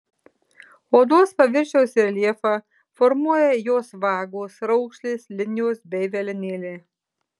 odos paviršiaus reljefą formuoja jos vagos raukšlės linijos bei velenėliai